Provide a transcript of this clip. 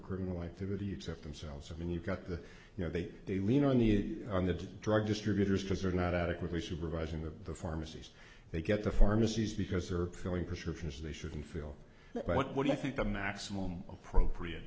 criminal activity except themselves i mean you've got the you know they they lean on the on the drug distributors because they're not adequately supervise in the pharmacies they get the pharmacies because they're going prescriptions they shouldn't feel but what do you think the maximum appropriate